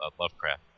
lovecraft